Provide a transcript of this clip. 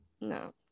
No